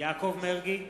יעקב מרגי,